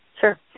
Sure